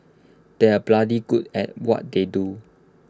they are bloody good at what they do